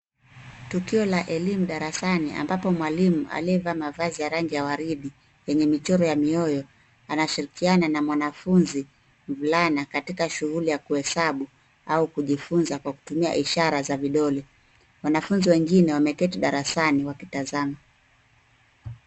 Tukio la elimu darasani ambapo mwalimu aliyevaa mavazi ya rangi ya waridi, yenye michoro ya mioyo, anashirikiana na mwanafunzi mvulana katika shughuli ya kuhesabu au kujifunza kwa kutumia ishara za vidole. Wanafunzi wengine wameketi darasani wakitazama.